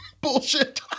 Bullshit